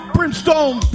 Brimstone